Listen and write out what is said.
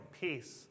peace